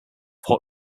hot